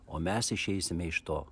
o mes išeisime iš to